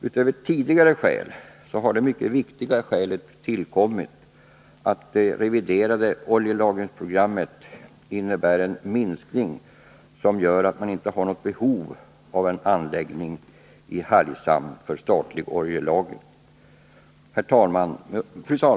Utöver tidigare anförda skäl har det mycket viktiga skälet tillkommit att det reviderade oljelagringsprogrammet innebär en minskning av målen för beredskapslagring av olja. Det gör att det inte finns något behov av en anläggning i Hargshamn för statligt oljelager. Fru talman!